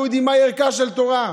אנחנו יודעים מה ערכה של התורה.